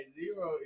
zero